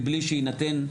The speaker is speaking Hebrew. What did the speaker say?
מבלי שיינתן,